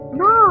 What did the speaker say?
no